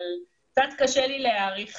קצת קשה לי להעריך